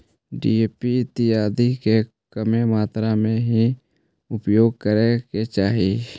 DAP इत्यादि के कमे मात्रा में ही उपयोग करे के चाहि